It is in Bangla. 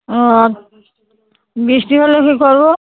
ও বৃষ্টি হলে কী করবো